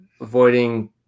avoiding